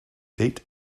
date